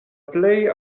plej